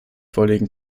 vorlegen